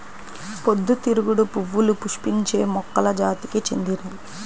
పొద్దుతిరుగుడు పువ్వులు పుష్పించే మొక్కల జాతికి చెందినవి